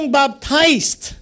baptized